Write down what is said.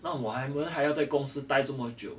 那我们还要在公司呆这么久